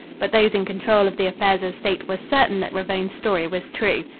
but those in control of the affairs of state were certain that ravone's story was true.